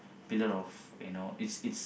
pillar of you know it's it's